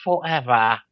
forever